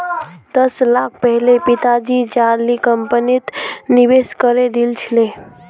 दस साल पहले पिताजी जाली कंपनीत निवेश करे दिल छिले